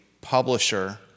publisher